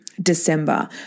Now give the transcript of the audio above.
December